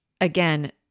again